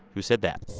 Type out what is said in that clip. who said that?